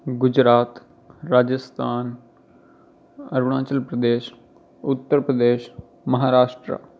Gujarat Rajasthan Arunachal Pradesh Uttar Pradesh Maharashtra